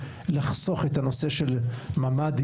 לחסוך את הנושא של ממ"דים,